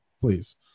please